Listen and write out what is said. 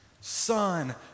son